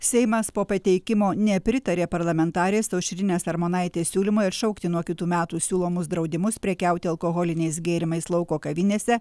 seimas po pateikimo nepritarė parlamentarės aušrinės armonaitės siūlymui atšaukti nuo kitų metų siūlomus draudimus prekiauti alkoholiniais gėrimais lauko kavinėse